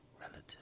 relative